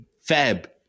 fab